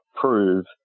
prove